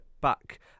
back